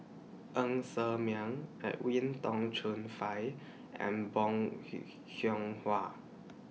Ng Ser Miang Edwin Tong Chun Fai and Bong Hiong Hwa